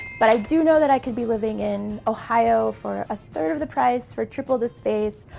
but i do know that i could be living in ohio for a third of the price for triple the space,